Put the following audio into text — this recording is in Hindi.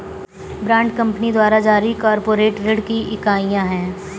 बॉन्ड कंपनी द्वारा जारी कॉर्पोरेट ऋण की इकाइयां हैं